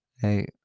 Hey